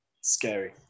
scary